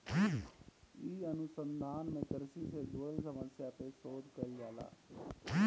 इ अनुसंधान में कृषि से जुड़ल समस्या पे शोध कईल जाला